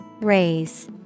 Raise